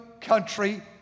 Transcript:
country